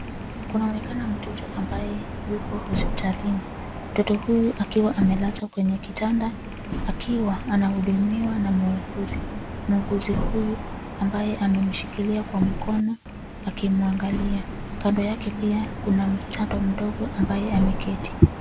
Kunaonekana mtoto ambaye yuko hospitalini. Mtoto huyu akiwa amelazwa kwenye kitanda, akiwa anahudumiwa na muuguzi. Muuguzi huyu ambaye anamshikiria kwa mkono akimwangalia, kando yake pia kuna msichana mdogo ambaye ameketi.